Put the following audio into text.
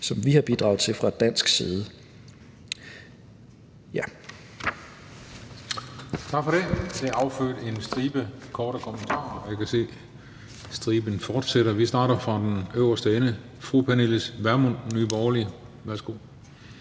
som vi har bidraget til fra dansk side.